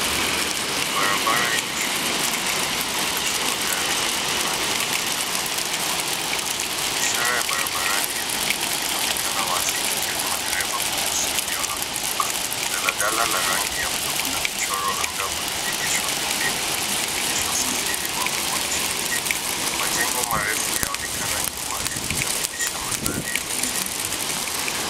Barabara yenye shughuli nyingi inaonyesha magari mbalimbali na waenda kwa miguu wakivuka. Ishara ya barabarani ya miguu inaonekana wazi ikionya madereva kuhusu eneo la kuvuka. Daladala la rangi ya bluu na michoro angavu limeegesha pembeni likionyesha usafiri wa uma nchini Kenya. Majengo marefu yaonekana nyuma yakikamilisha mandhari ya mji.